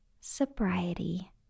sobriety